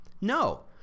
no